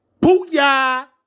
Booyah